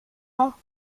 mañ